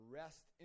rest